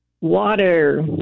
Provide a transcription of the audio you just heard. water